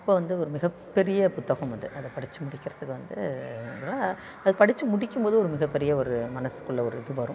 அப்போ வந்து ஒரு மிகப்பெரிய புத்தகம் அது அதை படிச்சு முடிக்கிறதுக்கு வந்து இதெல்லாம் அது படிச்சு முடிக்கும் போது ஒரு மிகப்பெரிய ஒரு மனசுக்குள்ளே ஒரு இது வரும்